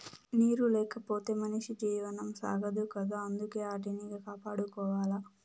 నీరు లేకపోతె మనిషి జీవనం సాగదు కదా అందుకే ఆటిని కాపాడుకోవాల